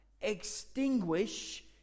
extinguish